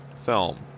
film